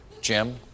Jim